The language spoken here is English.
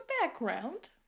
background